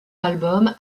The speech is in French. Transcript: album